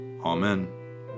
Amen